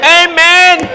amen